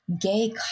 gay